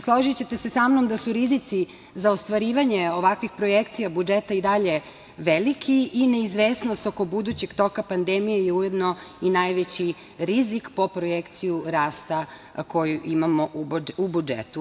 Složićete se sa mnom da su rizici za ostvarivanje ovakvih projekcija budžeta i dalje veliki i neizvesnost oko budućeg toka pandemije je ujedno i najveći rizik po projekciju rasta koji imamo u budžetu.